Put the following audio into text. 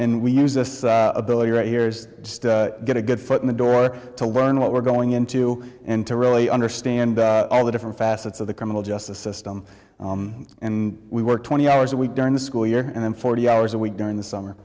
and we use this ability right here is to get a good foot in the door to learn what we're going into and to really understand all the different facets of the criminal justice system and we work twenty hours a week during the school year and then forty hours a week during the summer